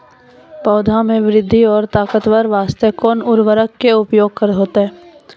पौधा मे बृद्धि और ताकतवर बास्ते कोन उर्वरक के उपयोग होतै?